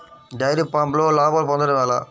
Dairy ఫామ్లో లాభాలు పొందడం ఎలా?